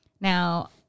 Now